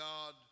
God